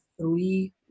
three